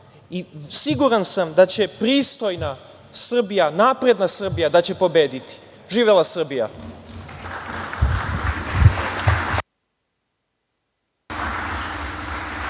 Siguran sam da će pristojna i napredna Srbija pobediti. Živela Srbija!